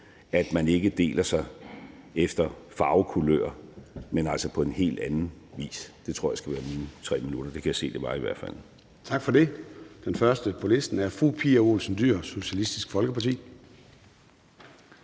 at man ikke deler sig efter farvekulør, men altså på en helt anden vis. Det tror jeg skal være mine 3 minutter; det kan jeg se det var, i hvert fald. Kl. 14:08 Formanden (Søren Gade): Tak for det. Den første på listen er fru Pia Olsen Dyhr fra Socialistisk Folkeparti.